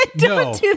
No